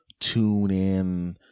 TuneIn